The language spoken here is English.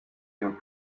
your